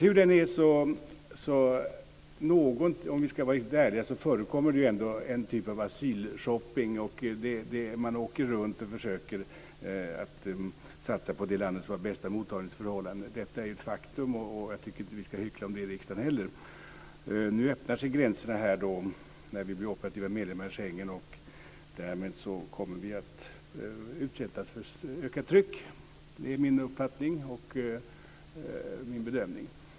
Hur det än är så förekommer det ju ändå - om vi ska vara riktigt ärliga - en typ av asylshopping. Man åker runt och försöker satsa på det land som har det bästa mottagningsförhållandet. Det är ett faktum. Jag tycker inte att vi ska hyckla om det i riksdagen heller. Nu öppnar sig gränserna när vi blir operativa medlemmar i Schengen. Därmed kommer vi att utsättas för ett ökat tryck. Det är min uppfattning och min bedömning.